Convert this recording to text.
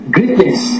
Greatness